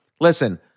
listen